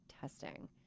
testing